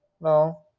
no